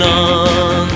on